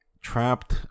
trapped